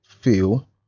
feel